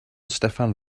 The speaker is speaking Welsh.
steffan